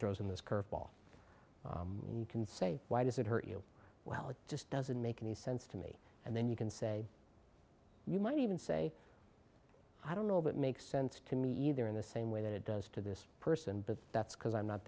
throws in this curve ball and you can say why does it hurt you well it just doesn't make any sense to me and then you can say you might even say i don't know but makes sense to me either in the same way that it does to this person but that's because i'm not